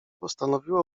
postanowiła